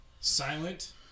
Silent